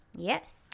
Yes